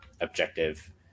objective